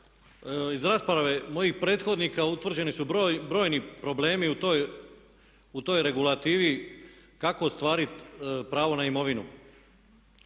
iz rasprave mojih prethodnika utvrđeni su brojni problemi u toj regulativi kako ostvarit pravo na imovinu.